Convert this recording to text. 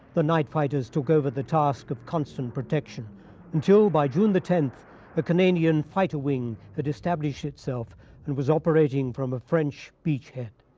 the night fighters took over the task of constant protection until by june the tenth a canadian fighter wing had established itself and was operating from a french beach head.